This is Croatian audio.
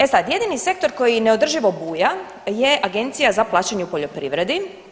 E sad, jedini sektor koji neodrživo buja je Agencija za plaćanje u poljoprivredi.